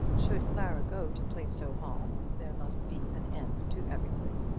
should clara go to plaistow hall there must be an end to everything.